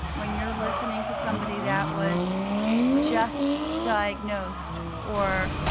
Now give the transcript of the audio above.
when you're listening to somebody that was just diagnosed or